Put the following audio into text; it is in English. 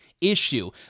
issue